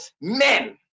men